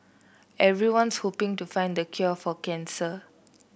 everyone's hoping to find the cure for cancer